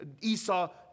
Esau